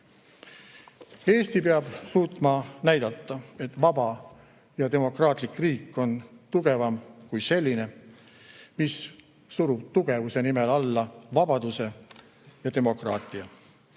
Eesti peab suutma näidata, et vaba ja demokraatlik riik on tugevam kui selline, mis surub tugevuse nimel alla vabaduse ja demokraatia.